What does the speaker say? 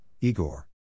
Igor